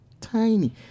Tiny